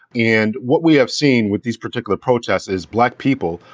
and what we have seen with these particular protests is black people,